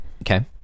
Okay